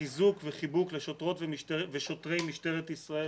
חיזוק וחיבוק לשוטרות ושוטרי משטרת ישראל